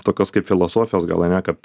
tokios kaip filosofijos gal ane kad